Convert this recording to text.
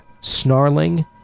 snarling